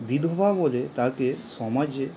বিধবা বলে তাকে সমাজে